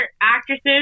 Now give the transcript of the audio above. actresses